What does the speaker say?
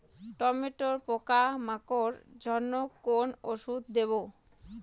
টমেটোর পোকা মারার জন্য কোন ওষুধ দেব?